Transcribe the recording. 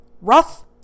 Rough